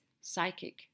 psychic